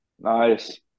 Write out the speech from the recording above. Nice